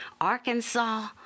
Arkansas